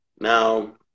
Now